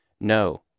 No